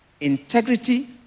Integrity